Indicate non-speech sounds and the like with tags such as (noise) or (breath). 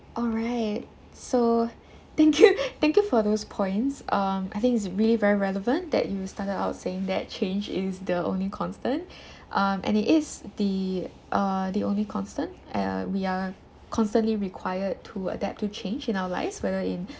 alright so thank you (laughs) thank you for those points um I think it's really very relevant that you started out saying that change is the only constant (breath) um and it is the uh the only constant uh we are constantly required to adapt to change in our lives whether in